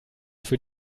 für